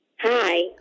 Hi